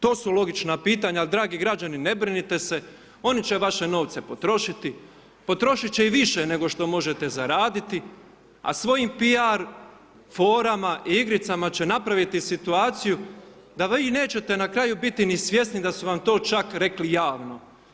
To su logična pitanja, al dragi građani ne brinite se, oni će vaše novce potrošiti, potrošiti će i više nego što možete zaraditi, a svojim piar forama i igricama će napraviti situaciju da vi nećete na kraju biti ni svjesni da su vam to čak rekli javno.